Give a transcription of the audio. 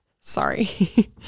Sorry